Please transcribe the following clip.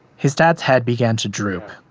his dad's head began to droop.